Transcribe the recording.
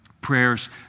prayers